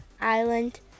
island